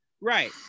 Right